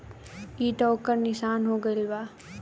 ई त ओकर निशान हो गईल बा